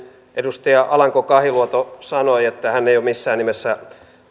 edustaja alanko kahiluoto sanoi että hän ei ole missään nimessä